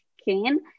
skin